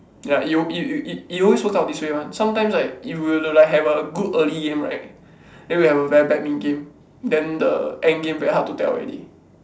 ya it would be it it it always work out this way [one] sometimes like if you were to have a good early game right then we will have a very bad mid game then the end game very hard to tell already